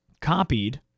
copied